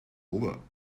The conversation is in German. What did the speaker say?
over